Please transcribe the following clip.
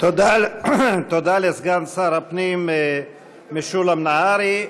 תודה לסגן שר הפנים משולם נהרי.